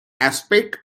aspect